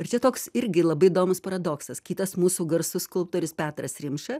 ir čia toks irgi labai įdomus paradoksas kitas mūsų garsus skulptorius petras rimša